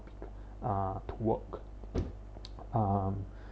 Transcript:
uh to work um